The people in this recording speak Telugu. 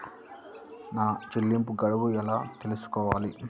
నా చెల్లింపు గడువు ఎలా తెలుసుకోవాలి?